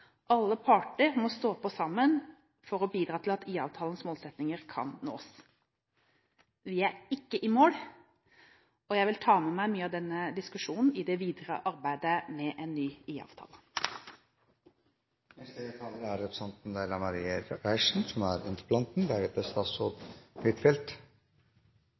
Alle parter må stå på sammen for å bidra til at IA-avtalens målsettinger kan nås. Vi er ikke i mål, og jeg vil ta med meg mye av denne diskusjonen i det videre arbeidet med en ny IA-avtale. Eg takkar statsråden for svaret så langt. Eg erkjenner at vi faktisk er